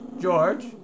George